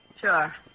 Sure